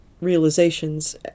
Realizations